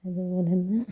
അതുപോലെ തന്നെ